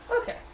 Okay